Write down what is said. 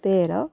ତେର